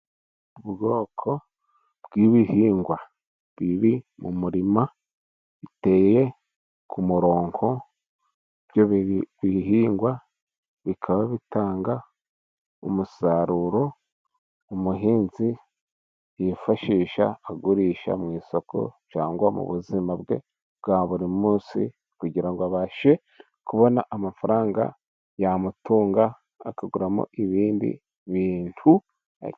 Ubwoko bw'ibihingwa biri mu murima biteye ku muronko, ibyo bihingwa bikaba bitanga umusaruro umuhinzi yifashisha agurisha mu isoko cyangwa mu buzima bwe bwa buri munsi, kugira ngo abashe kubona amafaranga yamutunga akaguramo ibindi bintu.